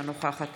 אינה נוכחת